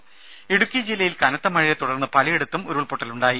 രുര ഇടുക്കി ജില്ലയിൽ കനത്ത മഴയെ തുടർന്ന് പലയിടത്തും ഉരുൾപൊട്ടലുണ്ടായി